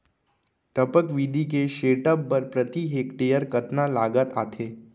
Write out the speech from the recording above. टपक विधि के सेटअप बर प्रति हेक्टेयर कतना लागत आथे?